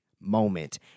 moment